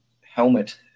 helmet